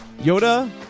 Yoda